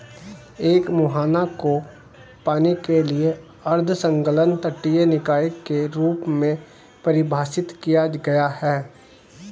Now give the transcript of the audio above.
एक मुहाना को पानी के एक अर्ध संलग्न तटीय निकाय के रूप में परिभाषित किया गया है